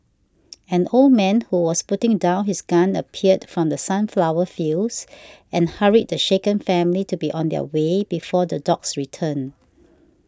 an old man who was putting down his gun appeared from the sunflower fields and hurried the shaken family to be on their way before the dogs return